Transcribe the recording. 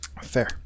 fair